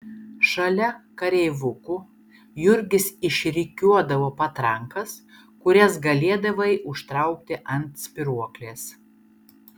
šalia kareivukų jurgis išrikiuodavo patrankas kurias galėdavai užtraukti ant spyruoklės